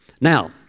Now